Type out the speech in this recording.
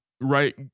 right